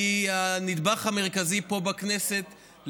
וועדת הפנים מובילה והיא הנדבך המרכזי פה בכנסת לקדם,